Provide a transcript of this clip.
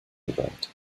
geweiht